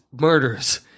murders